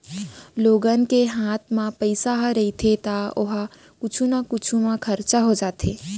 लोगन के हात म पइसा ह रहिथे त ओ ह कुछु न कुछु म खरचा हो जाथे